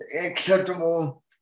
acceptable